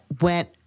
went